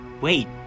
Wait